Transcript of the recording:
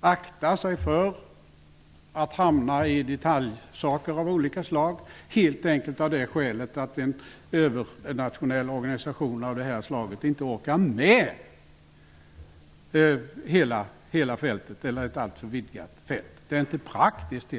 aktar sig för att hamna i problem med detaljfrågor av olika slag, helt enkelt därför att en övernationell organisation av detta slag inte orkar med ett alltför vidgat fält. Det är helt enkelt inte praktiskt.